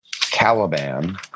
Caliban